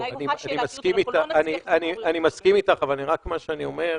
אני מסכים איתך, אבל רק מה שאני אומר,